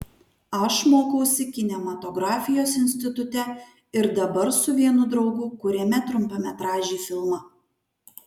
aš mokausi kinematografijos institute ir dabar su vienu draugu kuriame trumpametražį filmą